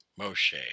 Moshe